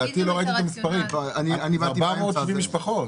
זה 470 משפחות.